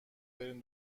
بریم